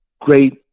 great